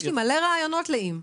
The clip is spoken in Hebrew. יש לי מלא רעיונות ל"אם".